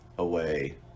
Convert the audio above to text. away